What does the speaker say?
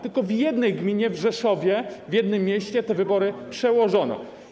Tylko w jednej gminie, w Rzeszowie, w jednym mieście, te wybory przełożono.